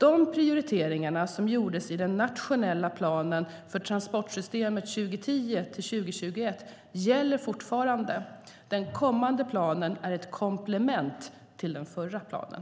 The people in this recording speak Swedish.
De prioriteringarna som gjordes i den nationella planen för transportsystemet 2010-2021 gäller fortfarande; den kommande planen är ett komplement till den förra planen.